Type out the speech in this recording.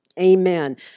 amen